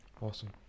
Awesome